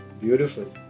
Beautiful